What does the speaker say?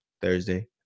Thursday